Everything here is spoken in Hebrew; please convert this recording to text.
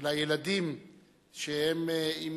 מס יעמוד היום כדי לפתור כל כך הרבה בעיות ונושאים חברתיים,